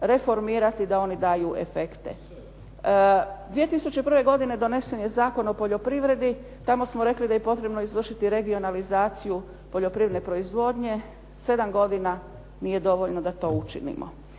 reformirati da oni daju efekte? 2001. godine donesen je Zakon o poljoprivredi, tamo smo rekli da je potrebno izvršiti regionalizaciju poljoprivredne proizvodnje, 7 godina nije dovoljno da to učinimo.